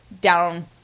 down